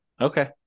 Okay